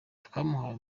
twamuhaye